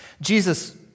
Jesus